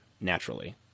naturally